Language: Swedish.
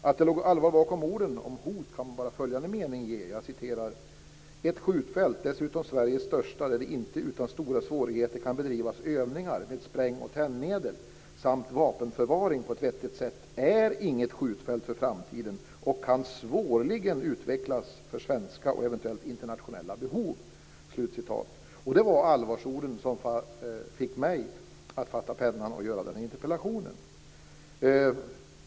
Att det låg allvar bakom orden om hot kan följande mening ur skrivelsen ge belägg för: Ett skjutfält, dessutom Sveriges största, där det inte utan stora svårigheter kan bedrivas övningar med spräng och tändmedel samt vapenförvaring på ett vettigt sätt, är inget skjutfält för framtiden och kan svårligen utvecklas för svenska och eventuellt internationella behov. Det var allvarsorden som fick mig att fatta pennan och skriva denna interpellation.